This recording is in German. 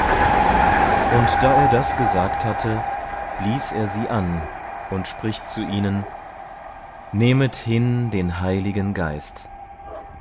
und da er das gesagt hatte blies er sie an und spricht zu ihnen nehmet hin den heiligen geist